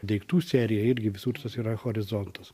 daiktų serija irgi visur tas yra horizontas